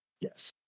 Yes